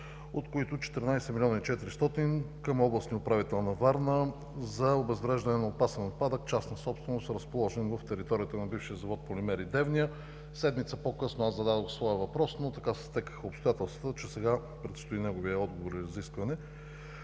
от които 14 милиона и 400 към областния управител на Варна за обезвреждане на опасен отпадък частна собственост, разположен в територията на бившия завод „Полимери“ Девня. Седмица по-късно аз зададох въпрос, но така се стекоха обстоятелствата, че сега предстои неговият отговор и разискване.